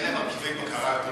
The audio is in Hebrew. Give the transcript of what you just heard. יהיו להן מרכיבי בקרה יותר,